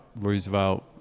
Roosevelt